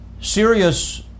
serious